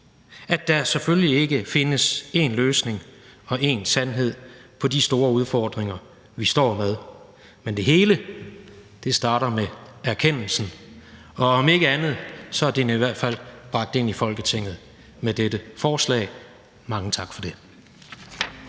at der selvfølgelig ikke findes én løsning og én sandhed på de store udfordringer, vi står med. Men det hele starter med erkendelsen, og om ikke andet er den i hvert fald bragt ind i Folketinget med dette forslag. Mange tak for det.